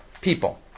people